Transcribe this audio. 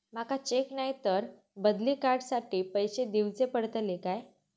माका चेक नाय तर बदली कार्ड साठी पैसे दीवचे पडतले काय?